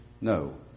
No